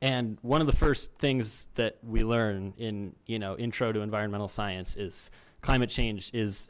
and one of the first things that we learn in you know intro to environmental science is climate change is